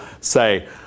say